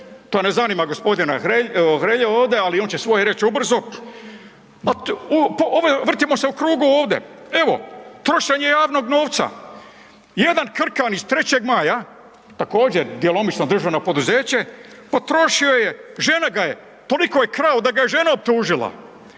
to ne zanima gospodina Hrelju, ali on će svoje reći ubrzo. Vrtimo se u krug ovdje. Evo trošenje javnog novca. Jedan krkan iz 3. Maja, također djelomično državno poduzeće, potrošio je, toliko je krao da ga je žena optužila.